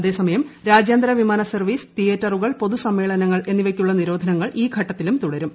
അതേസമയം രാജ്യാന്തര വിമാനസർവ്വീസ് തീയേറ്ററുകൾ പൊതുസമ്മേളനങ്ങൾ എന്നിവയ്ക്കുള്ള നിരോധനങ്ങൾ ഈ ഘട്ടത്തിലും തുടരും